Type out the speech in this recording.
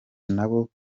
nabo